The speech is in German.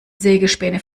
sägespäne